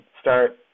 start